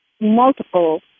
multiple